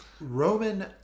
Roman